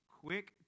quick